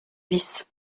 bis